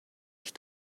ich